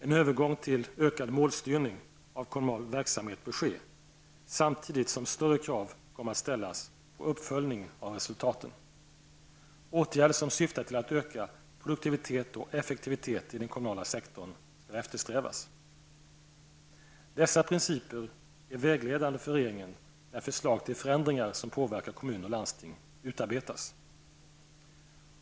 En övergång till ökad målstyrning av kommunal verksamhet bör ske samtidigt som större krav kommer att ställas på uppföljning av resultaten. -- Åtgärder som syftar till att öka produktivitet och effektivitet i den kommunala sektorn skall eftersträvas. Dessa principer är vägledande för regeringen när förslag till förändringar som påverkar kommuner och landsting utarbetas.